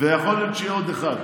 ויכול להיות שיהיה עוד אחד.